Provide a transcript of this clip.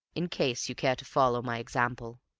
in case you cared to follow my example.